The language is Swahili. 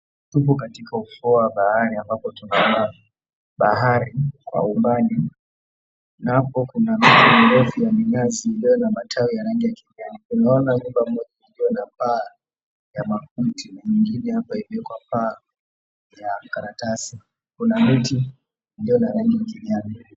Tupo katika ufuo wa bahari ambapo tunaona bahari kwa umbali. Hapo kuna miti ndefu ya minazi, iliyo na matawi ya rangi ya kijani. Tunaona nyumba moja iliyo na paa ya makuti na nyingine hapa imewekwa paa ya karatasi. Kuna miti iliyo na rangi ya kijani.